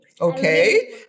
Okay